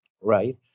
right